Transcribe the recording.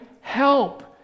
help